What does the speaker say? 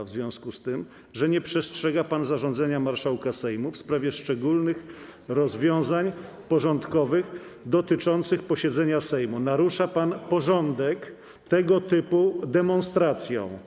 W związku z tym, że nie przestrzega pan zarządzenia marszałka Sejmu w sprawie szczególnych rozwiązań porządkowych dotyczących posiedzenia Sejmu, narusza pan porządek tego typu demonstracją.